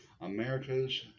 america's